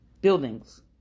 buildings